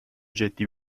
جدی